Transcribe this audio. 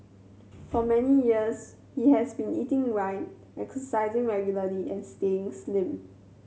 for many years he has been eating right exercising regularly and staying slim